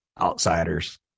outsiders